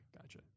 gotcha